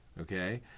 okay